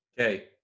Okay